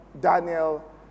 Daniel